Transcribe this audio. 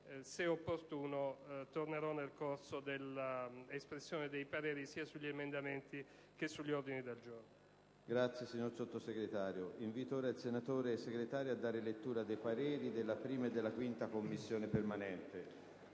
se opportuno, tornerò nel corso dell'espressione dei pareri sia sugli emendamenti che sugli ordini del giorno.